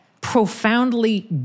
profoundly